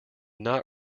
not